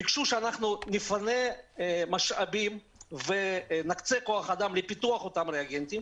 ביקשו שאנחנו נפנה משאבים ונקצה כוח אדם לפיתוח אותם ריאגנטים